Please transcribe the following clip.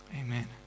Amen